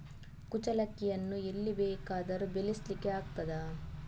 ಕುಚ್ಚಲಕ್ಕಿಯನ್ನು ಎಲ್ಲಿ ಬೇಕಾದರೂ ಬೆಳೆಸ್ಲಿಕ್ಕೆ ಆಗ್ತದ?